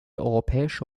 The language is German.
europäische